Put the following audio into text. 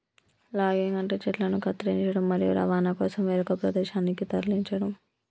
logging అంటే చెట్లను కత్తిరించడం, మరియు రవాణా కోసం వేరొక ప్రదేశానికి తరలించడం